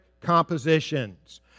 compositions